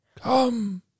come